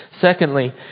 Secondly